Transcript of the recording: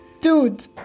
Dude